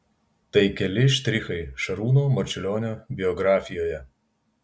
tai keli štrichai šarūno marčiulionio biografijoje